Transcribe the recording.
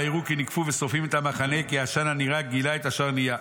וירא כי ניגפו ושורפים את המחנה כי העשן הנראה גילה את אשר נהיה.